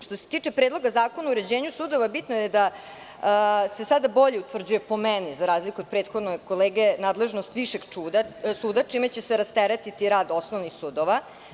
Što se tiče Predloga zakona o uređenju sudova, bitno je da se sada bolje utvrđuje, po meni, za razliku od prethodnog kolege, nadležnost višeg suda, čime će se rasteretiti rad osnovnih sudova.